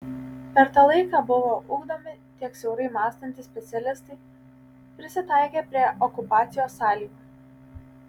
per tą laiką buvo ugdomi tik siaurai mąstantys specialistai prisitaikę prie okupacijos sąlygų